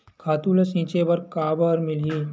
खातु ल छिंचे बर काबर मिलही?